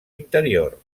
interior